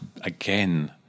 again